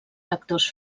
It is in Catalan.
lectors